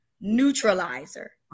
neutralizer